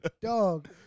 Dog